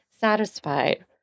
satisfied